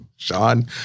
Sean